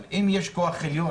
אבל אם יש כוח עליון,